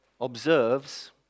observes